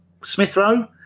Smithrow